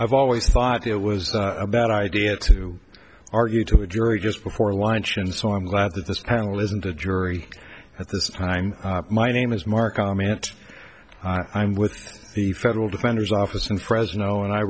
i've always thought it was a bad idea to argue to a jury just before lunch and so i'm glad that this panel isn't the jury at this time my name is mark comment i'm with the federal defender's office in fresno and i